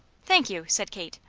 thank you, said kate.